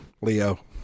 Leo